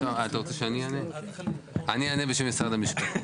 אני אענה בשם משרד המשפטים.